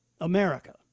America